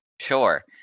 Sure